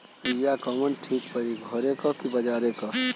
बिया कवन ठीक परी घरे क की बजारे क?